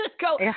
go